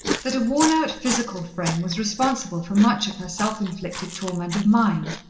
that a worn-out physical frame was responsible for much of her self-inflicted torment of mind.